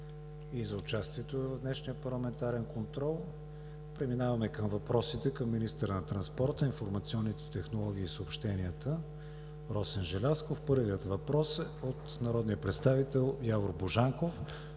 и за участието Ви в днешния парламентарен контрол. Преминаваме на въпросите към министъра на транспорта, информационните технологии и съобщенията Росен Желязков. Първият въпрос е от народния представител Явор Божанков